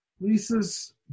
Lisa's